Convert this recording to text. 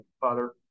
father